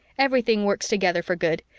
everything works together for good.